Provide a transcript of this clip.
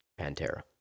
Pantera